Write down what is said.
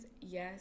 yes